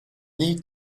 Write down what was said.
need